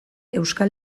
euskal